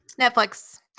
Netflix